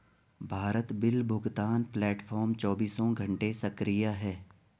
Bharat bill भुगतान platform चौबीसों घंटे सक्रिय है